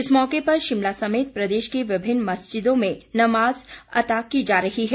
इस मौके पर शिमला समेत प्रदेश की विभिन्न मस्जिदों में नमाज अता की जा रही है